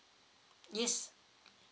yes